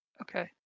Okay